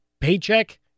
paycheck